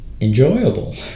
enjoyable